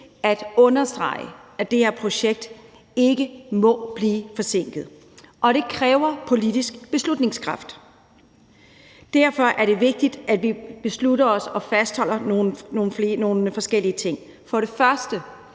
at understrege, at det her projekt ikke må blive forsinket, og at det kræver politisk beslutningskraft. Derfor er det vigtigt, at vi beslutter os for at fastholde nogle forskellige ting. Den første